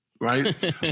right